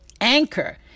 Anchor